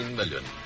million